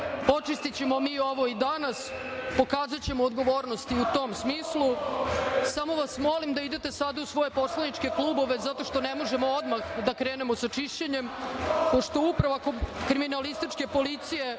očistićemo mi ovo i danas, pokazaćemo odgovornost i u tom smislu. Samo vas molim da idete sada u svoje poslaničke klubove, zato što ne možemo odmah da krenemo sa čišćenjem, pošto Uprava kriminalističke policije